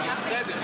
בסדר.